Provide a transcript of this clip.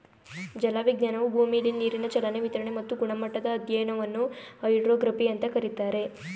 ಜಲವಿಜ್ಞಾನವು ಭೂಮಿಲಿ ನೀರಿನ ಚಲನೆ ವಿತರಣೆ ಮತ್ತು ಗುಣಮಟ್ಟದ ಅಧ್ಯಯನವನ್ನು ಹೈಡ್ರೋಗ್ರಫಿ ಅಂತ ಕರೀತಾರೆ